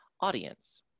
audience